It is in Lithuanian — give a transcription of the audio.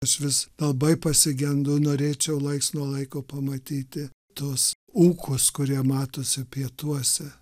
aš vis labai pasigendu norėčiau laiks nuo laiko pamatyti tuos ūkus kurie matosi pietuose